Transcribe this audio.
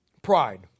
Pride